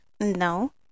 No